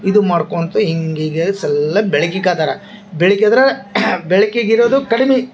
ಇದು ಮಾಡ್ಕೊಂತು ಹಿಂಗೆ ಎಲ್ಲ ಬೆಳ್ಕಿಗೆ ಕಾದಾರ ಬೆಳ್ಕು ಇದ್ರೆ ಬೆಳ್ಕಿಗೆ ಇರೋದು ಕಡ್ಮಿ